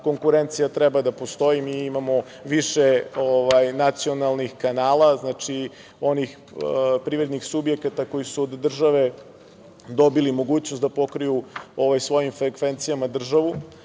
konkurencija treba da postoji. Mi imamo više nacionalnih kanala, onih privrednih subjekata koji su od države dobili mogućnost da pokriju svojim frekvencijama celu